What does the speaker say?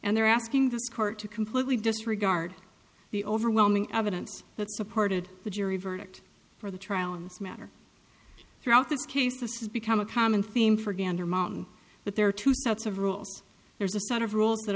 and they're asking this court to completely disregard the overwhelming evidence that supported the jury verdict or the trial and matter throughout this case this has become a common theme for gander mountain but there are two sets of rules there's a set of rules that